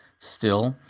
still,